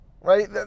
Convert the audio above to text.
right